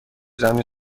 زمینی